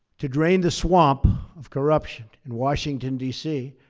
to drain the swamp of corruption in washington, d c.